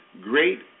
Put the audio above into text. great